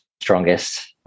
strongest